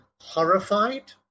horrified